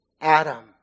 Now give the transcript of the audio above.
Adam